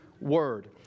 word